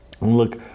look